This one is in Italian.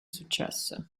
successo